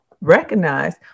recognize